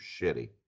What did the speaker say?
shitty